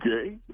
okay